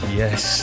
yes